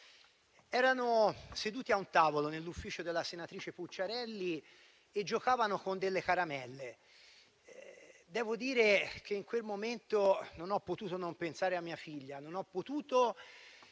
Erano seduti a un tavolo quei bambini, nell'ufficio della senatrice Pucciarelli, e giocavano con delle caramelle. Devo ammettere che in quel momento non ho potuto non pensare a mia figlia; non ho potuto